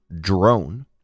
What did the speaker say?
drone